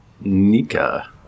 Nika